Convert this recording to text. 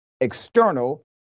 external